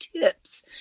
TIPS